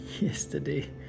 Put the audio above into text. yesterday